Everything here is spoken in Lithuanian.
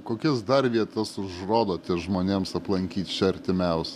kokias dar vietas užrodote žmonėms aplankyt čia artimiaus